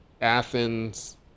athens